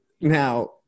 now